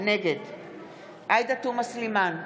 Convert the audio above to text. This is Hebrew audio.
נגד עאידה תומא סלימאן,